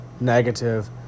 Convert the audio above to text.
negative